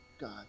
God